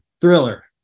Thriller